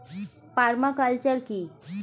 Parma culture কি?